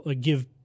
give